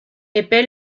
epe